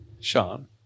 Sean